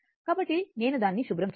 కాబట్టి నేను దానిని శుభ్రం చేస్తాను